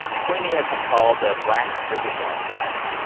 queenie has been called a black bridget jones's diary,